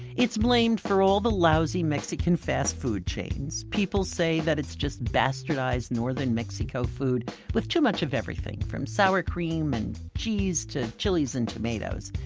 it's blamed for all the lousy mexican fast food chains. people say that it's just bastardized northern mexico food with too much of everything from sour cream and cheese to chiles and tomatoes.